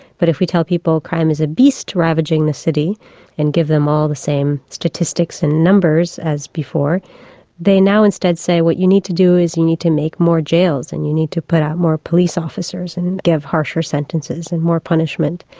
but if we tell people crime is a beast ravaging the city and give them all the same statistics and numbers as before they now instead say what you need to do is you need to make more jails and you need to put out more police officers and give harsher sentences and more punishment.